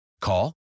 Call